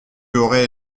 aurais